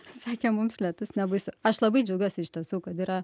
sakė mums lietus nebaisu aš labai džiaugiuosi iš tiesų kad yra